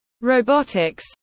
robotics